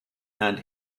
and